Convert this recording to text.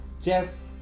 Jeff